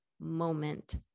moment